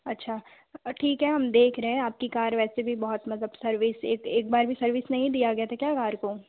अच्छा ठीक है हम देख रहे हैं आपकी कार वैसे भी बहुत मतलब सर्विस एक बार भी सर्विस नहीं दिया गया था क्या कार को